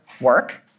work